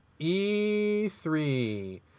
E3